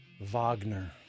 Wagner